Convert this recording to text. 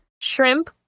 Shrimp